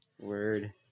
Word